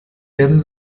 werden